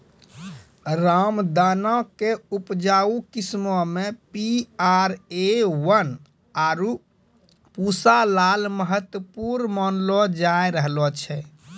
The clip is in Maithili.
रामदाना के उपजाऊ किस्मो मे पी.आर.ए वन, आरु पूसा लाल महत्वपूर्ण मानलो जाय रहलो छै